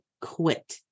quit